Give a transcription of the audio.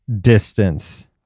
distance